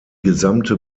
gesamte